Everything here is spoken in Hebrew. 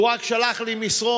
הוא רק שלח לי מסרון,